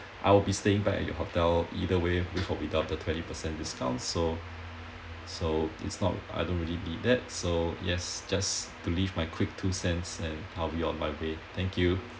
I will be staying back at your hotel either way with or without the twenty percent discount so so it's not I don't really need that so yes just to leave my quick two cents and I'll be on my way thank you